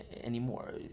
anymore